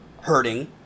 hurting